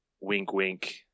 wink-wink